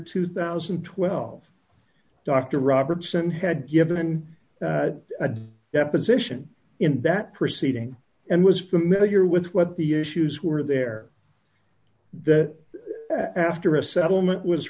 two thousand and twelve dr robertson had given a deposition in that proceeding and was familiar with what the issues were there that after a settlement was